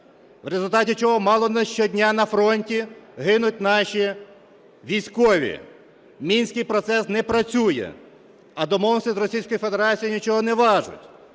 в результаті чого мало не щодня на фронті гинуть наші військові. Мінський процес не працює, а домовленості з Російською Федерацією